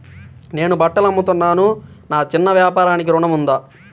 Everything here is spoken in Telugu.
నేను బట్టలు అమ్ముతున్నాను, నా చిన్న వ్యాపారానికి ఋణం ఉందా?